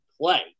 play